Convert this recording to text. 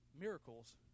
miracles